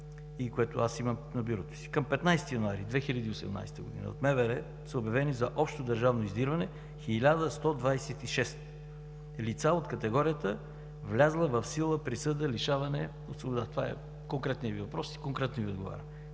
Към 15 януари 2018 г. от МВР са обявени за общодържавно издирване 1126 лица от категорията с влязла в сила присъда „лишаване от свобода“. Това е конкретният Ви въпрос и конкретно Ви отговарям.